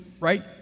right